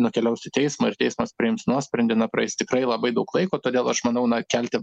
nukeliaus į teismą ir teismas priims nuosprendį na praeis tikrai labai daug laiko todėl aš manau na kelti